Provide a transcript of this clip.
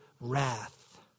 wrath